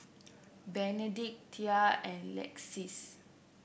Benedict Thea and Lexis